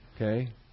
okay